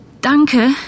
Danke